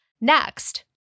Next